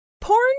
Porn